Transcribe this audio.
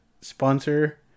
sponsor